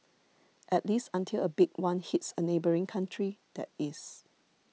at least until a big one hits a neighbouring country that is